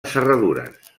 serradures